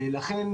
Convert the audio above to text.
לכן,